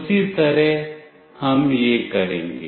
उसी तरह हम यह करेंगे